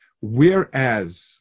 Whereas